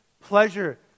pleasure